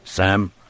Sam